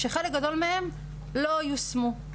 שחלק גדול מהן לא יושמו.